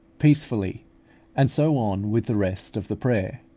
peacefully and so on with the rest of the prayer.